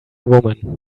woman